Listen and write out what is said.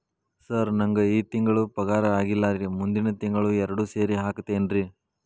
sir ನಂಗ ಈ ತಿಂಗಳು ಪಗಾರ ಆಗಿಲ್ಲಾರಿ ಮುಂದಿನ ತಿಂಗಳು ಎರಡು ಸೇರಿ ಹಾಕತೇನ್ರಿ